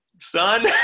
Son